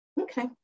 Okay